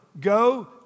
Go